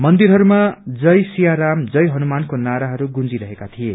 मन्दिरहरूमा जय यिा राम जय हनुमान को नाराहरू गुंजिरहेका थिए